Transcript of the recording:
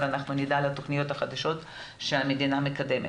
אנחנו נדע על התוכניות החדשות שהמדינה מקדמת.